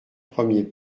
premier